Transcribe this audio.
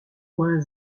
point